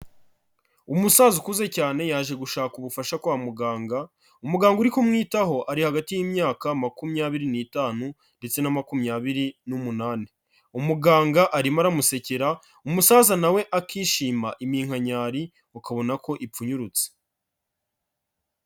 Umusaza ukuze cyane yaje gushaka ubufasha kwa muganga, umuganga uri kumwitaho ari hagati y'imyaka makumyabiri n'itanu ndetse na makumyabiri n'umunani, umuganga arimo aramusekera umusaza na we akishima iminkanyari ukabona ko ipfunyurutse.